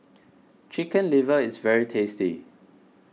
Chicken Liver is very tasty